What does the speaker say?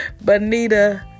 Bonita